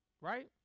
right